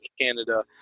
Canada